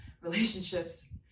relationships